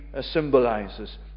symbolizes